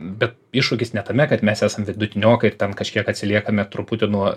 bet iššūkis ne tame kad mes esam vidutiniokai ir ten kažkiek atsiliekame truputį nuo